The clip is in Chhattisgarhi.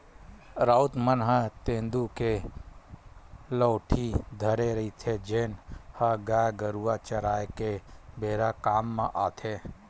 राउत मन ह तेंदू के लउठी धरे रहिथे, जेन ह गाय गरुवा चराए के बेरा काम म आथे